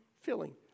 filling